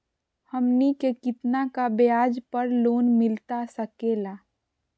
हमनी के कितना का ब्याज पर लोन मिलता सकेला?